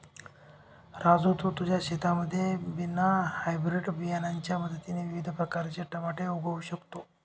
राजू तू तुझ्या शेतामध्ये विना हायब्रीड बियाणांच्या मदतीने विविध प्रकारचे टमाटे उगवू शकतो